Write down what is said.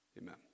amen